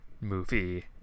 movie